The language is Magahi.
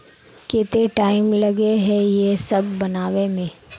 केते टाइम लगे है ये सब बनावे में?